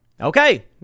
Okay